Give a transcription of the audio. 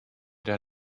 der